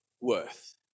worth